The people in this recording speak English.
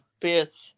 fifth